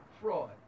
fraud